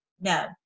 No